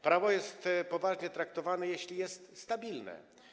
Prawo jest poważnie traktowane, jeśli jest stabilne.